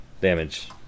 damage